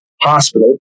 hospital